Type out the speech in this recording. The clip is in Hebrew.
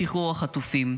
הסכם לשחרור החטופים.